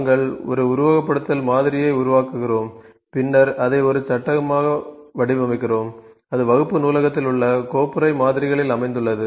நாங்கள் ஒரு உருவகப்படுத்துதல் மாதிரியை உருவாக்குகிறோம் பின்னர் அதை ஒரு சட்டகமாக வடிவமைக்கிறோம் அது வகுப்பு நூலகத்தில் உள்ள கோப்புறை மாதிரிகளில் அமைந்துள்ளது